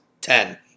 ten